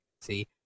see